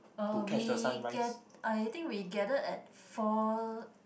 oh we get I think we gathered at four